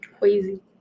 crazy